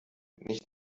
nicht